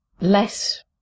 less